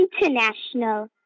International